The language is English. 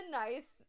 nice